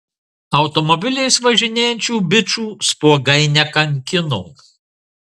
automobiliais važinėjančių bičų spuogai nekankino